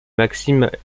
maxime